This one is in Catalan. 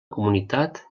comunitat